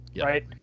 Right